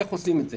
איך לעשות את זה,